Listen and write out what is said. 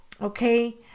okay